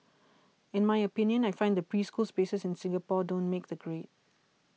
in my opinion I find that preschool spaces in Singapore don't make the grade